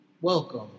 Welcome